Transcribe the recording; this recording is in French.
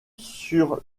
sur